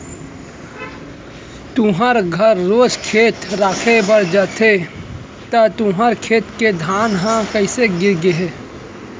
तुँहर घर रोज खेत राखे बर जाथे त तुँहर खेत के धान ह कइसे गिर गे हे?